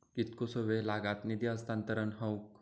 कितकोसो वेळ लागत निधी हस्तांतरण हौक?